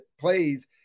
plays